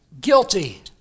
guilty